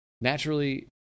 naturally